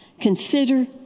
Consider